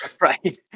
Right